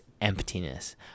emptiness